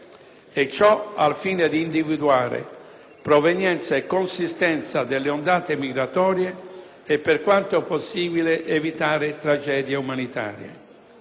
ciò al fine di individuare provenienza e consistenza delle ondate migratorie e per quanto possibile evitare tragedie umanitarie.